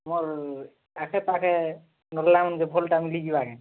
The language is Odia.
ମୋର୍ ଆଖେପାଖେ ଭଲ୍ଟା ନେଇ ଯିବି ଆଜ୍ଞା